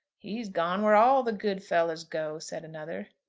he's gone where all the good fellows go, said another.